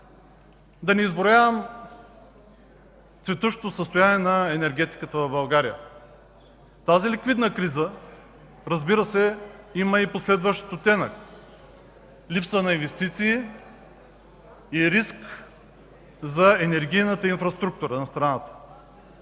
Да не изброявам цветущото състояние на енергетиката в България. Тази ликвидна криза, разбира се, има и последващ оттенък – липса на инвестиции и риск за енергийната инфраструктура на страната.